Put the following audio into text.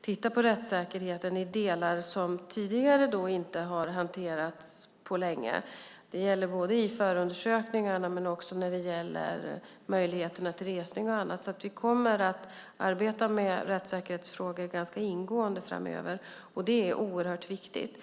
titta på rättssäkerheten i delar som inte har hanterats på länge. Det gäller både förundersökningarna och möjligheterna till resning och annat. Vi kommer att arbeta med rättssäkerhetsfrågor ganska ingående framöver. Det är oerhört viktigt.